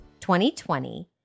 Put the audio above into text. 2020